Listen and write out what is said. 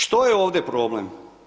Što je ovdje problem?